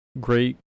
great